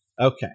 Okay